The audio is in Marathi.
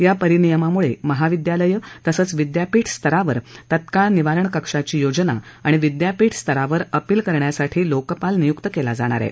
या परिनियमामुळे महाविद्यालय तसंच विद्यापीठ स्तरावर तात्काळ निवारण कक्षाची योजना आणि विद्यापीठ स्तरावर अपील करण्यासाठी लोकपाल नियुक्त केला जाणार आहे